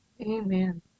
Amen